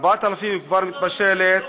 4000 כבר מתבשלת.